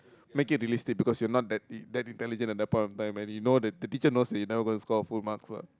make it realistic because you are not that that intelligent at that point of time and you know the teacher knows you're never gonna score full marks lah